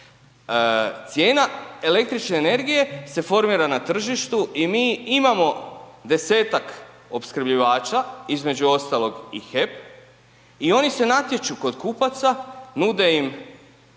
Cijena električne energije se formira na tržištu i mi imamo 10-tak opskrbljivača između ostalog i HEP i oni se natječu kod kupaca, nude im